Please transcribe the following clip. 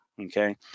okay